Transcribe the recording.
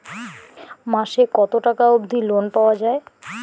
মাসে কত টাকা অবধি লোন পাওয়া য়ায়?